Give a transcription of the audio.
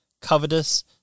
covetous